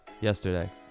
yesterday